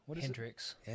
hendrix